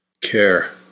care